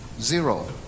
zero